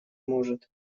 может